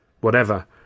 Whatever